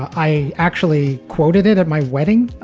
i actually quoted it at my wedding.